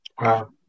Wow